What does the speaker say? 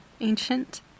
ancient